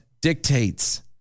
dictates